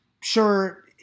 Sure